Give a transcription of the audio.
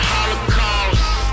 Holocaust